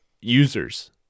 users